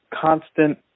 constant